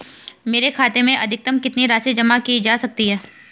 मेरे खाते में अधिकतम कितनी राशि जमा की जा सकती है?